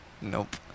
Nope